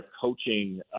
coaching